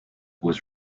was